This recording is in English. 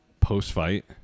post-fight